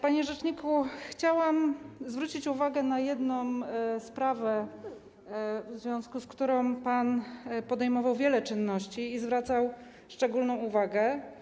Panie rzeczniku, chciałam zwrócić uwagę na jedną sprawę, w związku z którą podejmował pan wiele czynności, na którą zwracał pan szczególną uwagę.